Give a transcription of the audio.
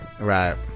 Right